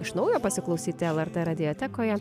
iš naujo pasiklausyti lrt radiotekoje